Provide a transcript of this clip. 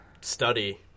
study